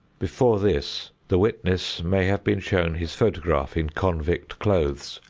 before this, the witness may have been shown his photograph in convict clothes.